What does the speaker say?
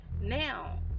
Now